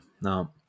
No